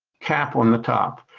cap on the top.